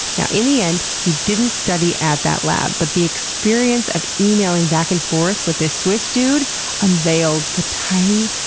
yeah in the end, he didn't study at that lab, but the experience of emailing back and forth with this swiss dude unveiled the tiny,